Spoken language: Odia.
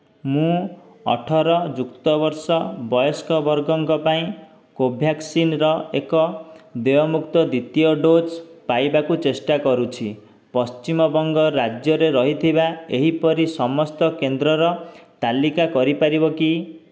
ମୁଁ ଅଠର ଯୁକ୍ତ ବର୍ଷ ବୟସ ବର୍ଗଙ୍କ ପାଇଁ କୋଭ୍ୟାକ୍ସିନ୍ର ଏକ ଦେୟମୁକ୍ତ ଦ୍ୱିତୀୟ ଡୋଜ୍ ପାଇବାକୁ ଚେଷ୍ଟା କରୁଛି ପଶ୍ଚିମବଙ୍ଗ ରାଜ୍ୟରେ ରହିଥିବା ଏହିପରି ସମସ୍ତ କେନ୍ଦ୍ରର ତାଲିକା କରିପାରିବ କି